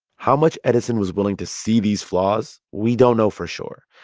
how much edison was willing to see these flaws, we don't know for sure.